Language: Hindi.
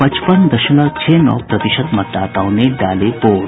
पचपन दशमलव छह नौ प्रतिशत मतदाताओं ने डाले वोट